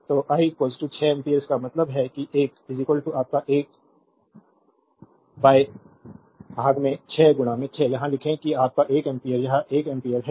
तो I 6 ampere इसका मतलब है यह एक आपका 1 बाय 6 6 यहां लिखें कि आपका 1 एम्पीयर यह 1 एम्पीयर है